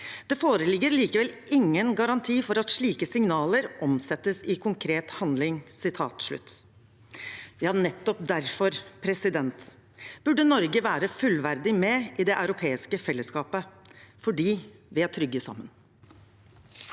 Det foreligger likevel ingen garanti for at slike signaler omsettes i konkret handling.» Ja, nettopp derfor burde Norge være fullverdig medlem i det europeiske fellesskapet: fordi vi er trygge sammen.